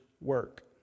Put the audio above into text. work